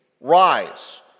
rise